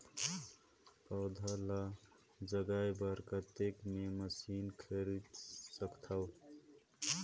पौधा ल जगाय बर कतेक मे मशीन खरीद सकथव?